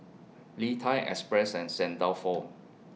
Lee Thai Express and Saint Dalfour